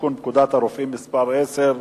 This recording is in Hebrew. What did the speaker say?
לתיקון פקודת הרופאים (מס' 10),